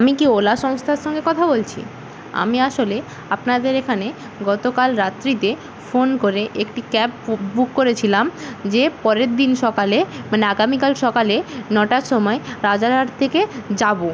আমি কি ওলা সংস্থার সঙ্গে কথা বলছি আমি আসলে আপনাদের এখানে গতকাল রাত্রিতে ফোন করে একটি ক্যাব বুক করেছিলাম যে পরের দিন সকালে মানে আগামীকাল সকালে নটার সময় রাজারহাট থেকে যাব